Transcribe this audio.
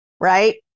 right